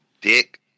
dick